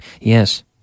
yes